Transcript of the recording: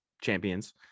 champions